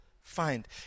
find